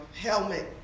helmet